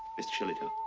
mr. shillitoe.